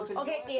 okay